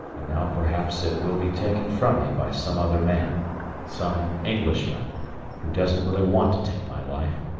and now perhaps it will be taken from me by some other man some englishman who doesn't really want to take my life,